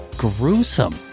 gruesome